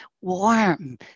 warm